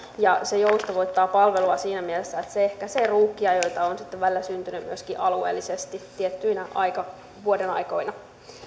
ja se joustavoittaa palvelua siinä mielessä että se ehkäisee ruuhkia joita on välillä syntynyt myöskin alueellisesti tiettyinä vuodenaikoina